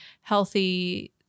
healthy